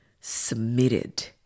submitted